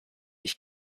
ich